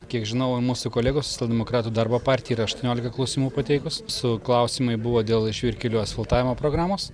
kiek žinau mūsų kolegos socialdemokratų darbo partija yra aštuoniolika klausimų pateikus su klausimai buvo dėl žvyrkelių asfaltavimo programos